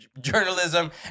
journalism